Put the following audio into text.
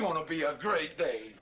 going to be a great day